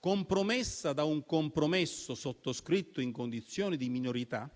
compromessa da un accordo sottoscritto in condizioni di minorità,